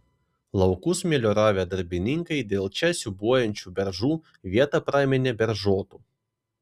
laukus melioravę darbininkai dėl čia siūbuojančių beržų vietą praminė beržotu